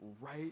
right